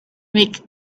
make